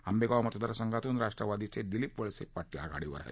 आंबेगाव मतदारसंघातून राष्ट्रवादीचे दिलीप वळसे आघाडीवर आहेत